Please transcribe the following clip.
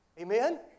Amen